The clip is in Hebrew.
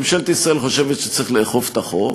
ממשלת ישראל חושבת שצריך לאכוף את החוק,